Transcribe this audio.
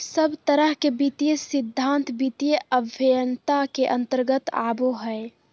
सब तरह के वित्तीय सिद्धान्त वित्तीय अभयन्ता के अन्तर्गत आवो हय